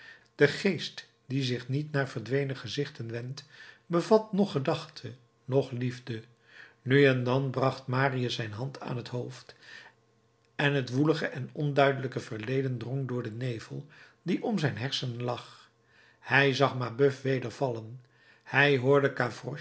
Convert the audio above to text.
de geest die zich niet naar verdwenen gezichten wendt bevat noch gedachte noch liefde nu en dan bracht marius zijn hand aan t hoofd en het woelige en onduidelijke verleden drong door den nevel die om zijn hersenen lag hij zag mabeuf weder vallen hij hoorde